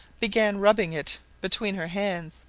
began rubbing it between her hands,